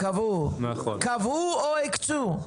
קבעו, או הקצו?